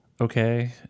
okay